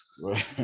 Right